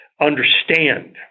understand